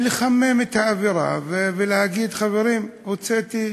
לחמם את האווירה ולהגיד: חברים, הוצאתי